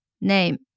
Name